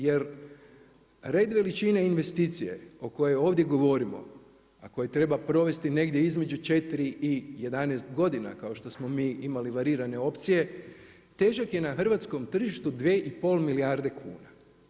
Jer red veličine investicije o kojoj ovdje govorimo a koju treba provesti negdje između 4 i 11 godina kao što smo mi imali varirane opcije težak je na hrvatskom tržištu 2,5 milijarde kuna.